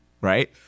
right